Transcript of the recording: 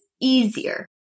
easier